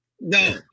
no